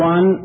One